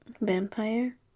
Vampire